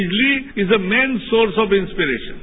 बिजली is a main source of inspirations